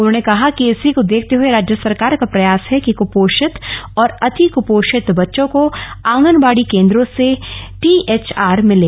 उन्होंने कहा कि इसी को देखते हुए राज्य सरकार का प्रयास है कि कपोषित और अतिकपोषित बच्चों को आंगनबाड़ी केन्द्रों से टीएचआर मिले